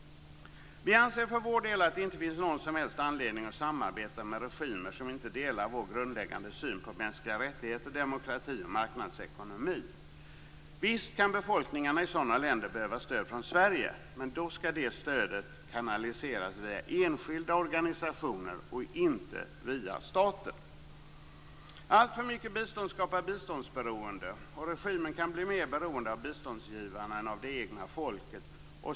Vi anser för vår del att det inte finns någon som helst anledning att samarbeta med regimer som inte delar vår grundläggande syn på mänskliga rättigheter, demokrati och marknadsekonomi. Visst kan befolkningarna i sådana länder behöva stöd från Sverige, men då skall det stödet kanaliseras via enskilda organisationer och inte via staten. Alltför mycket bistånd skapar biståndsberoende - regimen kan bli mer beroende av biståndsgivarna än av det egna folket.